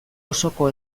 osoko